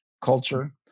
culture